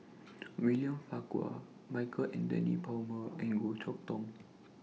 William Farquhar Michael Anthony Palmer and Goh Chok Tong